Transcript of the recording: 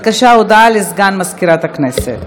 שני נמנעים.